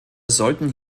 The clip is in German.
sollten